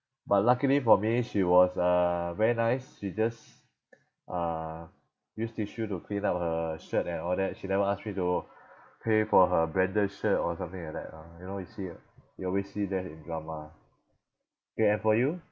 but luckily for me she was uh very nice she just uh use tissue to clean up her shirt and all that she never ask me to pay for her branded shirt or something like that lah you know you see you always see that in drama okay and for you